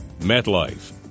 MetLife